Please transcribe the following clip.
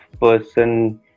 person